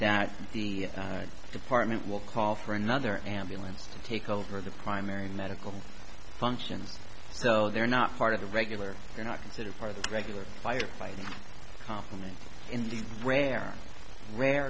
that the department will call for another ambulance to take over the primary medical functions so they're not part of the regular they're not considered part of the regular firefighting complement indeed rare rare